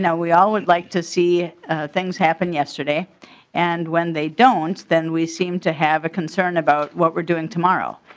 yeah we all would like to see things happen yesterday and when they don't then they seem to have a concern about what were doing tomorrow.